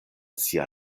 sia